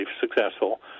successful